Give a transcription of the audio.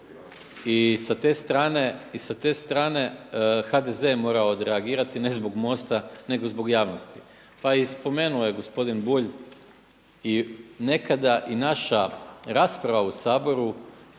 i sa te strane HDZ je morao odreagirati ne zbog MOST-a nego zbog javnosti. Pa spomenuo je gospodin Bulj nekada i naša rasprava u Saboru